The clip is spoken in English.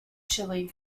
chile